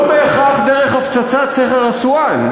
לא בהכרח דרך הפצצת סכר אסואן,